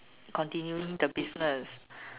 continuing the business